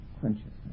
consciousness